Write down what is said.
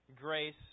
grace